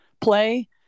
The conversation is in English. play